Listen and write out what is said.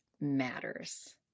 matters